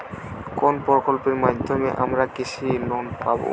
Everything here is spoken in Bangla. কোন প্রকল্পের মাধ্যমে আমরা কৃষি লোন পাবো?